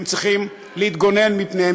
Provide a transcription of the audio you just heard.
הם צריכים להתגונן מפניהם,